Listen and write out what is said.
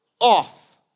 off